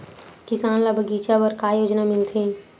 किसान ल बगीचा बर का योजना मिलथे?